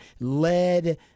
led